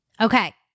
Okay